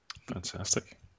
Fantastic